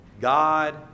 God